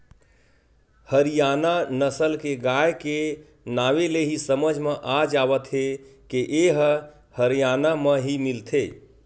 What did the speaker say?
हरियाना नसल के गाय के नांवे ले ही समझ म आ जावत हे के ए ह हरयाना म ही मिलथे